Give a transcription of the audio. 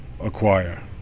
acquire